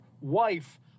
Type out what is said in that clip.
wife